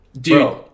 dude